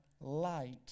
light